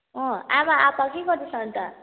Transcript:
अँ आमा आप्पा के गर्दैछ अनि त